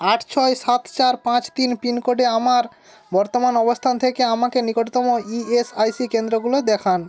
আট ছয় সাত চার পাঁচ তিন পিনকোডে আমার বর্তমান অবস্থান থেকে আমাকে নিকটতম ইএসআইসি কেন্দ্রগুলো দেখান